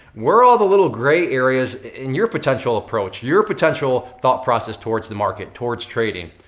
where are all the little gray areas in your potential approach? your potential thought process towards the market, towards trading.